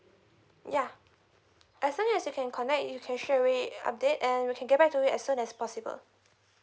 yeah as long as you can connect you can sure we update and we can get back to you as soon as possible